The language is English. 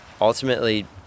ultimately